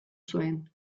zuen